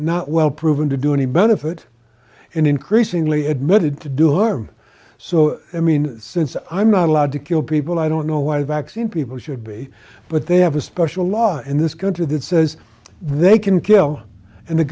not well proven to do any benefit and increasingly admitted to do harm so i mean since i'm not allowed to kill people i don't know where the vaccine people should be but they have a special law in this country that says they can kill and the